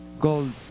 gold